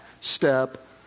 step